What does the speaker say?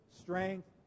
strength